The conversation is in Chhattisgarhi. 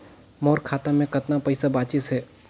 मोर खाता मे कतना पइसा बाचिस हे?